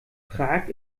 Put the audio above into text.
prag